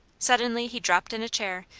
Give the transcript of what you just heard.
suddenly he dropped in a chair,